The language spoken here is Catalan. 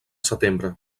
setembre